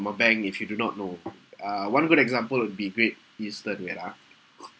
a bank if you do not know uh one good example would be great eastern wait ah